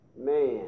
Man